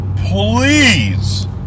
please